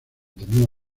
tenía